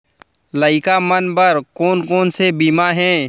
लइका मन बर कोन कोन से बीमा हे?